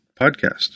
podcast